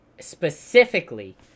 Specifically